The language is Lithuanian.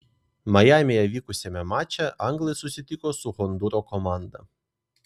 majamyje vykusiame mače anglai susitiko su hondūro komanda